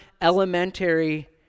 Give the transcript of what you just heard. elementary